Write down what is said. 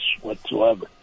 whatsoever